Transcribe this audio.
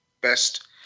best